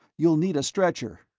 you'll need a stretcher.